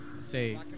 say